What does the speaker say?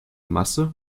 masse